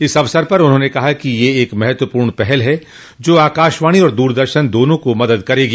इस अवसर पर उन्होंने कहा कि यह एक महत्वपूर्ण पहल है जो आकाशवाणी और दूरदर्शन दोनों को मदद करेगी